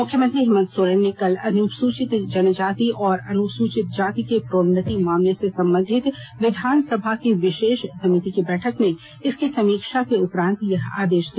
मुख्यमंत्री हेमन्त सोरेन ने कल अनुसूचित जनजाति और अनुसूचित जाति के प्रोन्नति मामले से संबंधित विधानसभा की विशेष समिति की बैठक में इसकी समीक्षा के उपरांत यह आदेश दिया